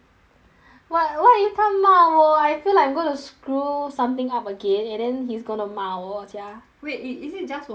!wah! what if 他骂我 I feel like I'm going to screw something up again and then he's gonna 骂我 sia wait i~ is it just 我们第三名